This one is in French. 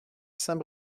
saint